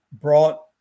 brought